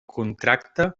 contracte